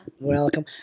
Welcome